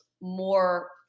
more